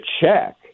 check